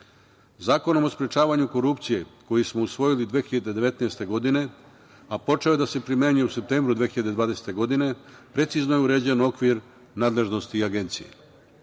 Zakonom o sprečavanju korupcije koji smo usvojili 2019. godine, a počeo je da se primenjuje u septembru 2020. godine, precizno je uređen okvir nadležnosti Agencije.